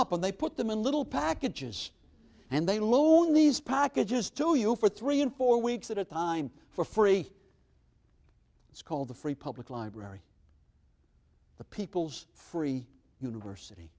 up and they put them in little packages and they loan nice packages to you for three and four weeks at a time for free it's called the free public library the people's free university